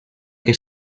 que